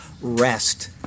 rest